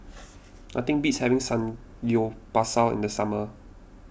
nothing beats having Samgyeopsal in the summer